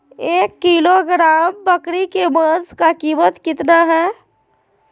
एक किलोग्राम बकरी के मांस का कीमत कितना है?